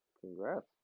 Congrats